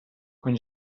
quan